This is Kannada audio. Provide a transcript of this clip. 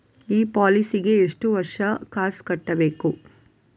ಈ ಪಾಲಿಸಿಗೆ ಎಷ್ಟು ವರ್ಷ ಕಾಸ್ ಕಟ್ಟಬೇಕು?